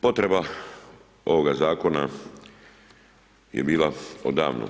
Potreba ovoga zakona je bila odavno.